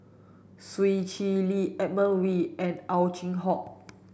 Swee Chee Lee Edmund Wee and Ow Chin Hock